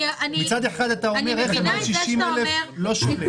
מצד אחד אתה אומר, רכב עד 60,000 לא שולל.